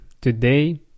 today